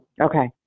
Okay